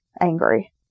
angry